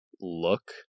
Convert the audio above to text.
look